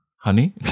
Honey